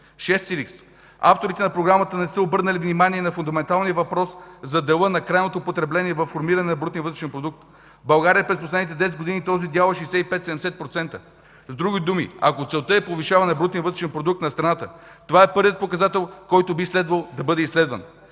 Авторите на програмата не са обърнали внимание на фундаменталния въпрос за дела на крайното потребление във формирането на брутния вътрешен продукт. В България през последните 10 години този дял е 65-70% . С други думи, ако целта е повишаване на брутния вътрешен продукт на страната, това е първия показател, който би следвало да бъде изследван.